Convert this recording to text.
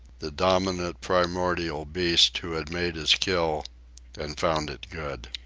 the dominant primordial beast who had made his kill and found it good.